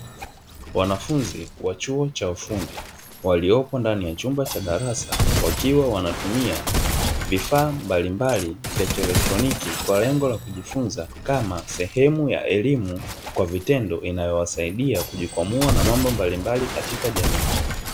Wanafunzi wa chuo cha ufundi waliyopo ndani ya chumba cha darasa, wakiwa wanatumia vifaa mballimbali vya kielektroniki kwa lengo la kujifunza kama sehemu ya elimu kwa vitendo; inayowasaidia kujikwamua na mambo mbalimbali katika jamii.